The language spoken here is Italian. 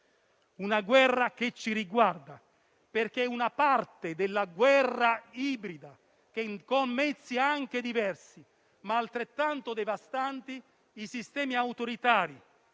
una guerra che ci riguarda, perché è una parte della guerra ibrida che, con mezzi anche diversi, ma altrettanto devastanti, i sistemi autoritari